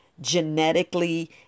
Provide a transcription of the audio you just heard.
genetically